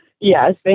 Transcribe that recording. Yes